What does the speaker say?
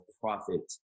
profits